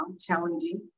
challenging